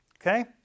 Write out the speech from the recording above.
Okay